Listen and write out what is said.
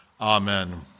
Amen